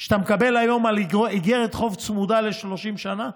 שאתה מקבל היום על איגרת חוב צמודה ל-30 שנה?